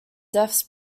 deaths